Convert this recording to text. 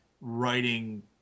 writing